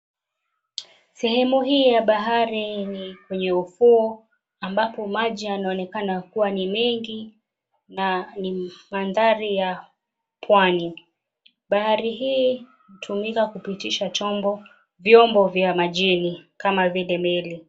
Sehemu hii ya bahari ni kwenye ufuo ambapo maji yanaonekana kuwa ni mengi na ni mandhari ya pwani. Bahari hii hutumika kupitisha vyombo vya majini kama vile meli.